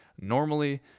normally